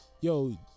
yo